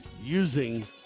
using